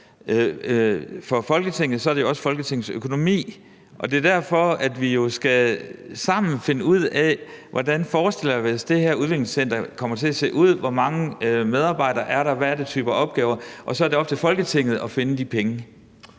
for Folketinget, er det også Folketingets økonomi. Det er derfor, at vi sammen skal finde ud af, hvordan vi forestiller os det her udviklingscenter kommer til at se ud, hvor mange medarbejdere der skal være, hvilken type opgaver der skal være, og så er det op til Folketinget at finde de penge.